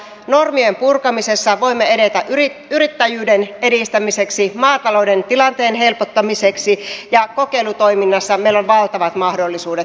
normien purkamisessa voimme edetä yrittäjyyden edistämiseksi maatalouden tilanteen helpottamiseksi ja kokeilutoiminnassa meillä on valtavat mahdollisuudet tällä vaalikaudella